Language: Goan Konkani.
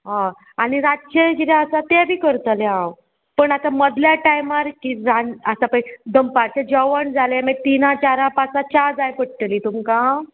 हय आनी रातचें किदें आसा तें बी करतलें हांव पूण आतां मदल्या टायमार ती जाण् आतां पय दंपारचें जेवण जालें मागीर तिनां चारा पांचा च्या जाय पडटलीं तुमकां